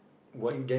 what